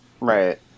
right